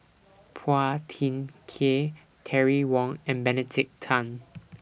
Phua Thin Kiay Terry Wong and Benedict Tan